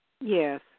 Yes